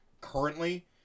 currently